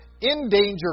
in-danger